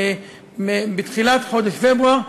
בתחילת חודש פברואר,